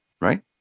Right